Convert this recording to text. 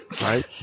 right